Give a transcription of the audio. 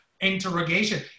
interrogation